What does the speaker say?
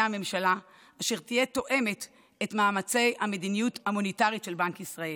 הממשלה אשר תהיה תואמת את מאמצי המדיניות המוניטרית של בנק ישראל.